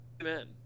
Amen